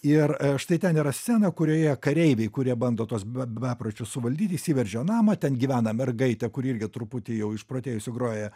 ir štai ten yra scena kurioje kareiviai kurie bando tuos be bepročius suvaldyti įsiveržė jo namą ten gyvena mergaitė kuri irgi truputį jau išprotėjusi groja